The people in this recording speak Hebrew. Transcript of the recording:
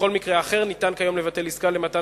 בכל מקרה אחר ניתן כיום לבטל עסקה למתן